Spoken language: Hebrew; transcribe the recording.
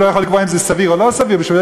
הוא לא יכול לקבוע אם זה סביר או לא סביר.